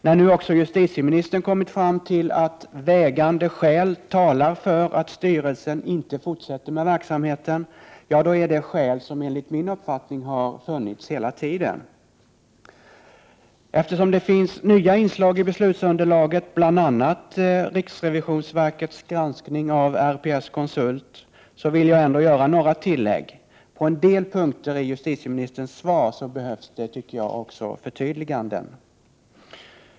När nu också justitieministern kommit fram till att vägande skäl talar för att styrelsen inte fortsätter med verksamheten, ja då är det skäl som, enligt min uppfattning, har funnits hela tiden. Eftersom det finns nya inslag i beslutsunderlaget, bl.a. riksrevisionsverkets granskning av RPS-konsult, vill jag ändå göra några tillägg. På en del punkter i justitieministerns svar behövs det också förtydliganden.